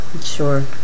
Sure